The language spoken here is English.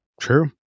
True